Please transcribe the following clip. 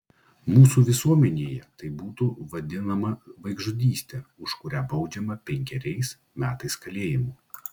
mūsų visuomenėje tai būtų vadinama vaikžudyste už kurią baudžiama penkeriais metais kalėjimo